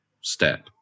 step